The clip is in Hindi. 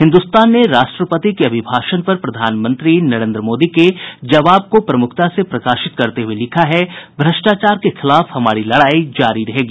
हिन्दुस्तान ने राष्ट्रपति के अभिभाषण पर प्रधानमंत्री नरेन्द्र मोदी के जवाब को प्रमुखता से प्रकाशित करते हुये लिखा है भ्रष्टाचार के खिलाफ हमारी लड़ाई जारी रहेगी